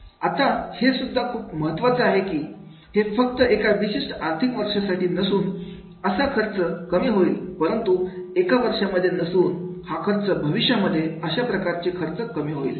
आहे आता हे सुद्धा खूप खूप महत्वाचा आहे की हे फक्त एका विशिष्ट आर्थिक वर्षासाठी नसून असा खर्च कमी होईल परंतु एका वर्षांमध्ये नसून हा खर्च भविष्यामध्ये अशा प्रकारचे खर्च कमी होतील